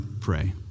pray